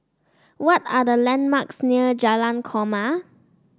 what are the landmarks near Jalan Korma